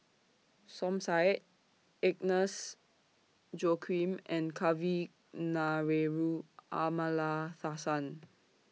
Som Said Agnes Joaquim and Kavignareru Amallathasan